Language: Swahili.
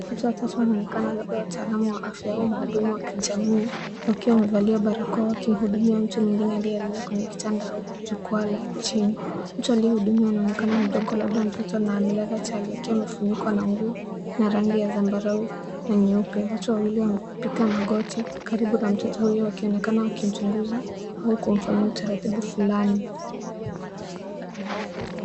Watu watatu wanaonekana labda wataalamu wa afya au mhudumu wa kijamii, wakiwa wamevalia barakoa, wakimhudumia mtu mwengine aliyelala kwenye kitanda au jukwaa la chini. Mtu aliyehudumiwa anaonekana mdogo labda mtoto na amelala chali akiwa amefunikwa na nguo na rangi ya zambarau na nyeupe. Wote wawili wamepiga magoti karibu na mtoto huyu wakionekana wakimchunguza au kumfanyia utaratibu fulani.